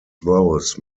those